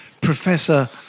Professor